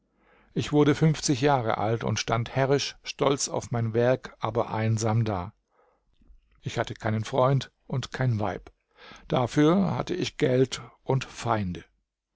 ich wurde fünfzig jahre alt und stand herrisch stolz auf mein werk aber einsam da ich hatte keinen freund und kein weib dafür hatte ich geld und feinde